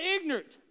ignorant